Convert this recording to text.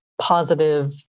positive